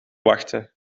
wachten